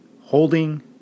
holding